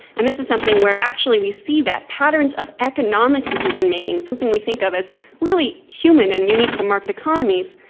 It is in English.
and this is something where actually we see that patterns of economic decision-making, something we think of as really human and unique to market economies,